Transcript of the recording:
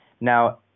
now